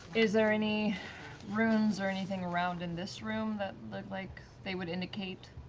is there any runes or anything around in this room that look like they would indicate